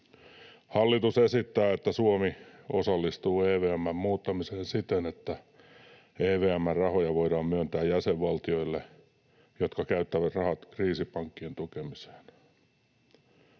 Hallitus esittää, että Suomi osallistuu EVM:n muuttamiseen siten, että EVM:n rahoja voidaan myöntää jäsenvaltioille, jotka käyttävät rahat kriisipankkien tukemiseen.